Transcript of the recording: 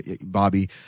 Bobby